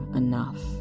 enough